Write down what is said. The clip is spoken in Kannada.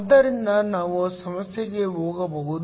ಆದ್ದರಿಂದ ನಾವು ಸಮಸ್ಯೆಗೆ ಹೋಗಬಹುದು